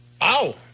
Ow